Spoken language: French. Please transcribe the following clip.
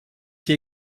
qui